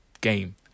game